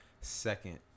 second